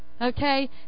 Okay